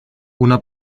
una